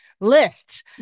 list